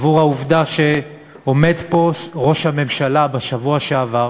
העובדה שעומד פה ראש הממשלה בשבוע שעבר,